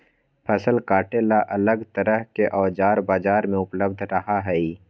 फसल काटे ला अलग तरह के औजार बाजार में उपलब्ध रहा हई